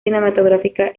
cinematográfica